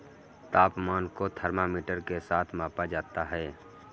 तापमान को थर्मामीटर के साथ मापा जाता है